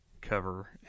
cover